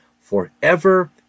forever